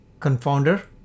confounder